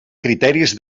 criteris